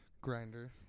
Grinder